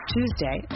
Tuesday